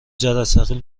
جرثقیل